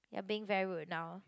you're being very rude now